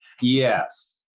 Yes